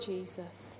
Jesus